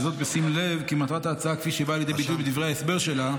וזאת בשים לב כי מטרת ההצעה כפי שהיא באה לידי ביטוי בדברי ההסבר שלה,